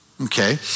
Okay